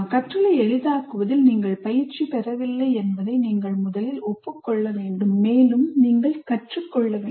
கற்றலை எளிதாக்குவதில் நீங்கள் பயிற்சி பெறவில்லை என்பதை நீங்கள் முதலில் ஒப்புக் கொள்ள வேண்டும் மேலும் நீங்கள் கற்றுக்கொள்ள வேண்டும்